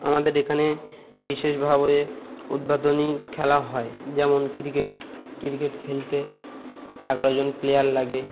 আমাদের এখানে বিশেষভাবে উদ্বোধনী খেলা হয় যেমন ক্রিকেট ক্রিকেট খেলতে এগারো জন প্লেয়ার লাগে